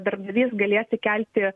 darbdavys galės įkelti